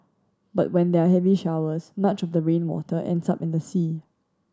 but when there are heavy showers much of the rainwater ends up in the sea